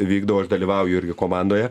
vykdau aš dalyvauju irgi komandoje